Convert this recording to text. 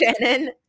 Shannon